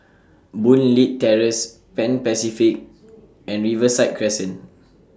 Boon Leat Terrace Pan Pacific and Riverside Crescent